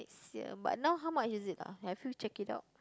next year but now how much is it ah have you check it out